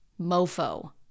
mofo